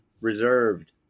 reserved